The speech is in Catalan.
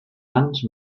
anys